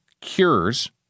cures